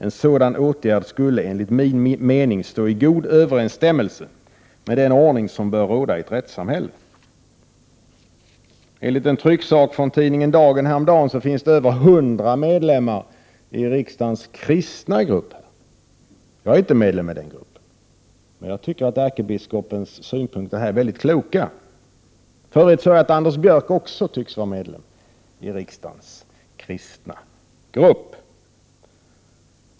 En sådan åtgärd skulle enligt min mening stå i god överensstämmelse med den ordning som bör råda i ett rättssamhälle.” Enligt en trycksak från tidningen Dagen häromdagen finns det över 100 medlemmar i riksdagens kristna grupp. Jag är inte medlem i den, men jag tycker att ärkebiskopens synpunkter är väldigt kloka. Anders Björck tycks vara medlem i riksdagens kristna grupp.